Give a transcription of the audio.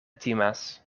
timas